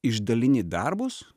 išdalini darbus